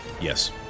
Yes